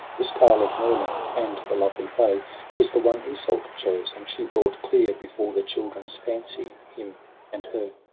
this tale of merlin and the lovely fay was the one iseult chose, and she brought clear before the children's fancy him and her.